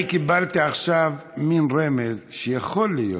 אני קיבלתי עכשיו מין רמז שיכול להיות,